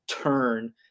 turn